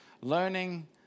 learning